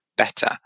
better